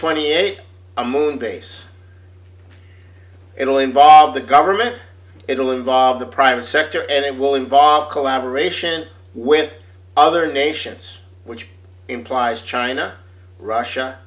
twenty eight a moon base it will involve the government it will involve the private sector and it will involve collaboration with other nations which implies china russia